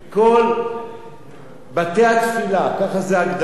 כל בתי-התפילה, זו ההגדרה.